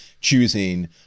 choosing